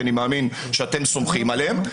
כי אני מאמין שאתם סומכים עליהם,